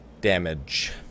damage